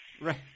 Right